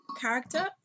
character